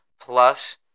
Plus